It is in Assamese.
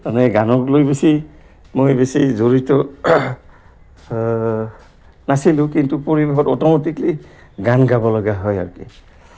মানে গানক লৈ বেছি মই বেছি জড়িত নাছিলোঁ কিন্তু পৰিৱেশত অট'মেটিকলি গান গাব লগা হয় আৰু কি